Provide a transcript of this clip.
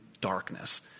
darkness